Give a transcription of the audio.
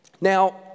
Now